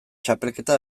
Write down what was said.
txapelketa